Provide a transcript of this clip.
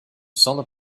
solid